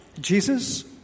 Jesus